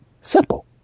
Simple